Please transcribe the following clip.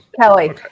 Kelly